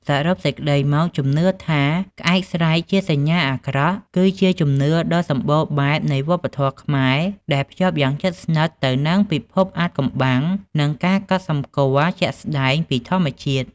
សរុបសេចក្តីមកជំនឿថា ក្អែកស្រែកជាសញ្ញាអាក្រក់ គឺជាជំនឿដ៏សម្បូរបែបនៃវប្បធម៌ខ្មែរ ដែលភ្ជាប់យ៉ាងជិតស្និទ្ធទៅនឹងពិភពអាថ៌កំបាំងនិងការកត់សំគាល់ជាក់ស្តែងពីធម្មជាតិ។